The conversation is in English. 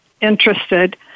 interested